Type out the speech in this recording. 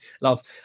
love